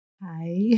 Hi